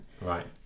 Right